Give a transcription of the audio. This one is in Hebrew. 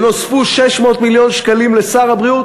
ונוספו 600 מיליון שקלים לשר הבריאות.